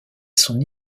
son